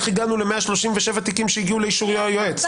איך הגענו ל-137 תיקים שהגיעו לאישור יועץ?